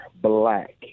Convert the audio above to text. black